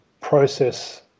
process